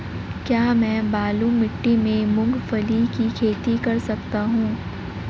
क्या मैं बालू मिट्टी में मूंगफली की खेती कर सकता हूँ?